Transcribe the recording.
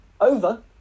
Over